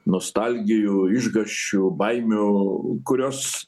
nostalgijų išgąsčių baimių kurios